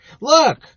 Look